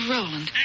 Roland